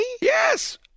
Yes